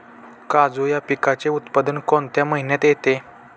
काजू या पिकाचे उत्पादन कोणत्या महिन्यात येते?